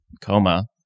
coma